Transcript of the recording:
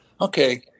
okay